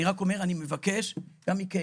אני רק מבקש, גם מכם,